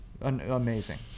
amazing